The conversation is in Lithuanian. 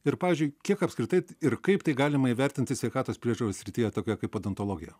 ir pavyzdžiui kiek apskritai t ir kaip tai galima įvertinti sveikatos priežiūros srityje tokioje kaip odontologija